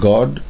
God